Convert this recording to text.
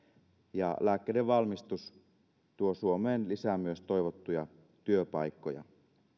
ja lääkkeiden valmistus tuo suomeen lisää myös toivottuja työpaikkoja